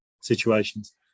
situations